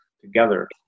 together